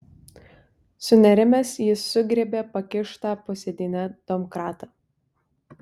sunerimęs jis sugriebė pakištą po sėdyne domkratą